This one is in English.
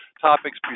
topics